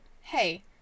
hey